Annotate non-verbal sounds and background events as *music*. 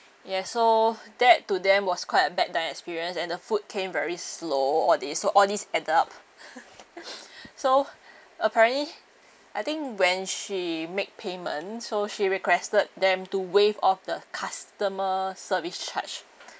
yeah so that to them was quite a bad dining experience and the food came very slow all these so all these add up *laughs* *breath* so apparently I think when she make payment so she requested them to waive off the customer service charge